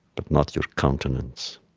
but not your countenance